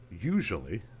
Usually